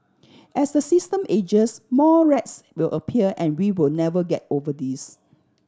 as the system ages more rats will appear and we will never get over this